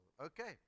okay